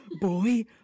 Boy